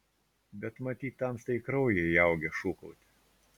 bet matyt tamstai į kraują įaugę šūkauti